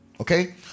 Okay